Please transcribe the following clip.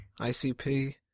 ICP